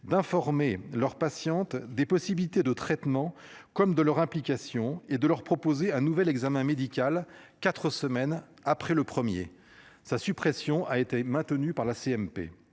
d'informer leurs patientes des possibilités de traitements comme de leur implication et de leur proposer un nouvel examen médical 4 semaines après le premier. Sa suppression a été maintenu par la CMP.